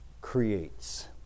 creates